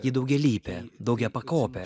ji daugialypė daugiapakopė